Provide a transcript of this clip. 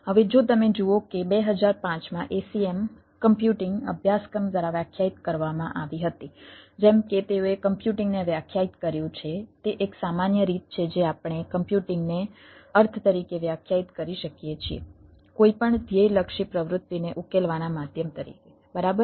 હવે જો તમે જુઓ કે 2005 માં ACM કમ્પ્યુટિંગ અભ્યાસક્રમ દ્વારા વ્યાખ્યાયિત કરવામાં આવી હતી જેમ કે તેઓએ કમ્પ્યુટિંગને વ્યાખ્યાયિત કર્યું છે તે એક સામાન્ય રીત છે જે આપણે કમ્પ્યુટિંગને અર્થ તરીકે વ્યાખ્યાયિત કરી શકીએ છીએ કોઈપણ ધ્યેયલક્ષી પ્રવૃતિને ઉકેલવાના માધ્યમ તરીકે બરાબર